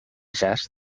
jazz